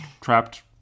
trapped